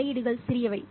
தலையீடுகள் சிறியவை